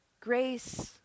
grace